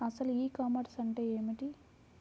అసలు e commerce అంటే ఏమిటి?